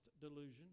delusion